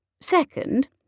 Second